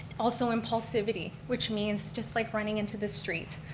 also impulsivity. which means, just like running into the street.